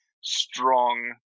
strong